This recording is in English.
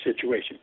situation